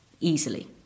easily